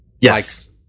Yes